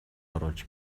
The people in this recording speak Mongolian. оруулж